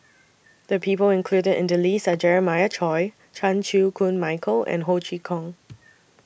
The People included in The list Are Jeremiah Choy Chan Chew Koon Michael and Ho Chee Kong